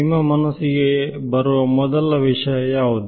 ನಿಮ್ಮ ಮನಸ್ಸಿಗೆ ಬರುವ ಮೊದಲ ವಿಷಯ ಯಾವುದು